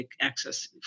access